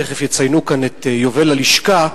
תיכף יציינו כאן את יובל הלשכה,